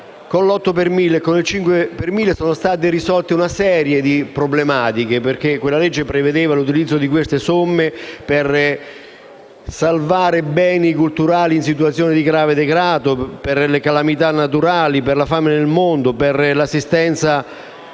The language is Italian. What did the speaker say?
Con l'otto per mille e con il cinque per mille sono state risolte varie problematiche, perché la legge prevedeva l'utilizzo di quelle somme per salvare beni culturali in situazioni di grave degrado, per le calamità naturali, per la fame nel mondo, per l'assistenza